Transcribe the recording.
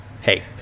hey